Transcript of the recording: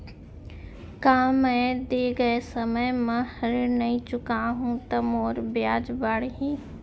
का मैं दे गए समय म ऋण नई चुकाहूँ त मोर ब्याज बाड़ही?